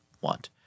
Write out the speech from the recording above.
want